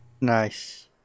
Nice